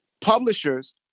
publishers